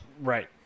Right